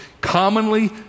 commonly